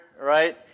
right